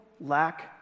lack